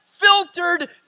filtered